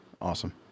Awesome